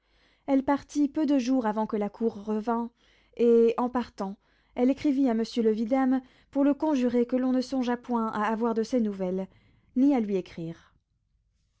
elle partit peu de jours avant que la cour revînt et en partant elle écrivit à monsieur le vidame pour le conjurer que l'on ne songeât point à avoir de ses nouvelles ni à lui écrire